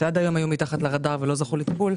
שעד היום היו מתחת לרדאר ולא זכו לטיפול,